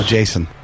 Jason